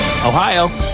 Ohio